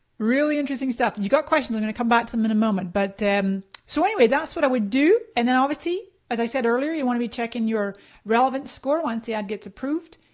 really interesting stuff. you've got questions, i'm gonna come back to them in a moment. but so anyway that's what i would do, and then obviously as i said earlier, you want to be checking your relevant score once the ad gets approved.